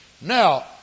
Now